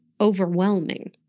overwhelming